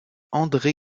andré